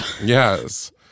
Yes